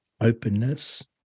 openness